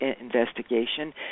investigation